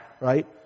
right